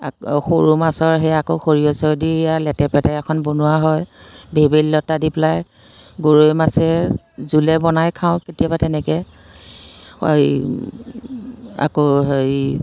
আক সৰু মাছৰ সেই আকৌ সৰিয়হ চৰিয়হ দি এয়া লেতেৰ পেতেৰখন বনোৱা হয় ভেবেলী লতা দি পেলাই গৰৈ মাছে জোলে বনাই খাওঁ কেতিয়াবা তেনেকৈ হেৰি আকৌ হেৰি